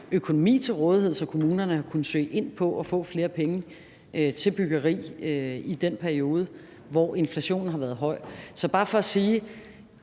økonomi til rådighed, så kommunerne har kunnet søge om at få flere penge til byggeri i den periode, hvor inflationen har været høj. Det er bare for at sige,